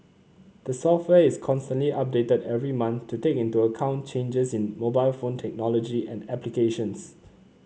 the software is constantly updated every month to take into account changes in mobile phone technology and applications